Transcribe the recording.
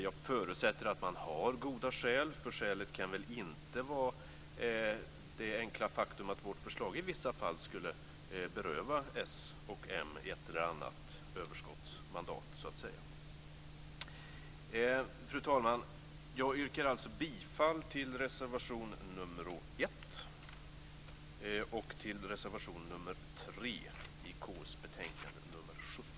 Jag förutsätter att man har goda skäl, för skälet kan väl inte vara det enkla faktum att vårt förslag i vissa fall skulle beröva s och m ett eller annat överskottsmandat. Fru talman! Jag yrkar bifall till reservation nr 1